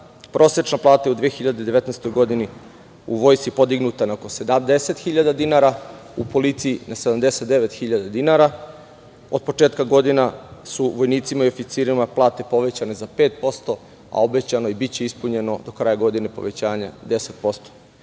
prosečna plata u 2019. godini u vojsci je podignuta na oko 70.000 dinara, u policiji na 79.000 dinara. Od početka godine su vojnicima i oficirima plate povećane za pet posto, a obećano je i biće ispunjeno do kraja godine povećanje od